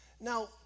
Now